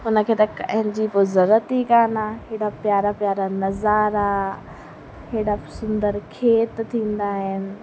हुन खे ते कंहिंजी कोई ज़रूरत ई कोन आहे हेॾा प्यारा प्यारा नज़ारा हेॾा सुंदर खेत थींदा आहिनि